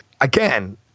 again